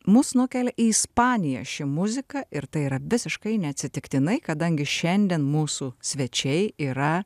mus nukelia į ispaniją ši muzika ir tai yra visiškai neatsitiktinai kadangi šiandien mūsų svečiai yra